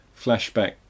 flashback